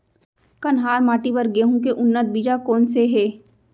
कन्हार माटी बर गेहूँ के उन्नत बीजा कोन से हे?